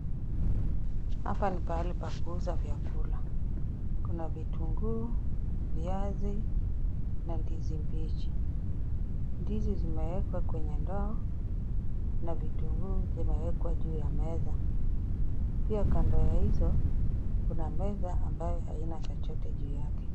Hapa ni pahali pa kuuza vyakula. Kuna vitunguu, viazi, na ndizi mbichi. Ndizi zimewekwa kwenye ndoo na vitunguu zimewekwa juu ya meza. Pia kando ya hizo, kuna meza ambayo haina chochote juu yake.